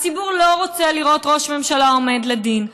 הציבור לא רוצה לראות ראש ממשלה עומד לדין.